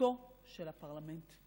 מהותו של הפרלמנט,